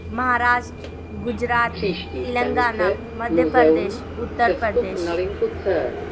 Maharashtra Gujarat Telangana Madhya Pradesh Uttar Pradesh